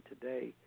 today